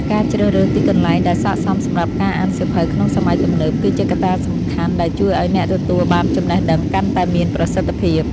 ការជ្រើសរើសទីកន្លែងដែលសក្ដិសមសម្រាប់ការអានសៀវភៅក្នុងសម័យទំនើប គឺជាកត្តាសំខាន់ដែលជួយឱ្យអ្នកទទួលបានចំណេះដឹងកាន់តែមានប្រសិទ្ធភាព។